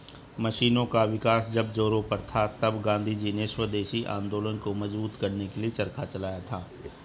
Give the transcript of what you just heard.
मशीनों का विकास जब जोरों पर था तब गाँधीजी ने स्वदेशी आंदोलन को मजबूत करने के लिए चरखा चलाया था